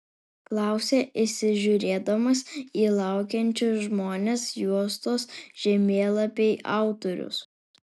klausia įsižiūrėdamas į laukiančius žmones juostos žemėlapiai autorius